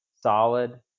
solid